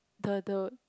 the the